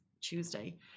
Tuesday